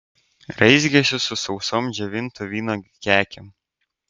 raizgėsi su sausom džiovintų vynuogių kekėm